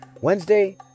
Wednesday